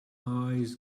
eyes